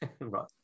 right